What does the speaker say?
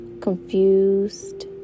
confused